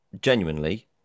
genuinely